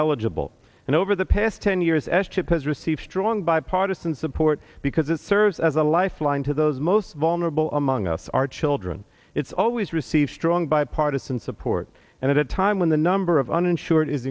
eligible and over the past ten years s chip has received strong bipartisan support because it serves as a lifeline to those most vulnerable among us our children it's always receive strong bipartisan support and at a time when the number of uninsured is